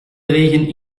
regen